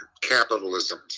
capitalism